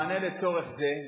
במענה לצורך זה,